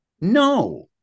no